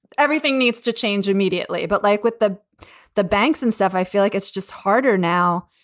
everything needs to change immediately. but like with the the banks and stuff, i feel like it's just harder now.